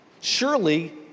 Surely